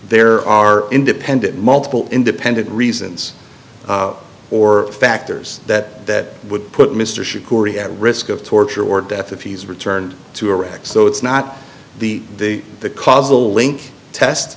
there are independent multiple independent reasons or factors that that would put mr xi corey at risk of torture or death if he's returned to iraq so it's not the they the cause a link test